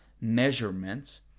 measurements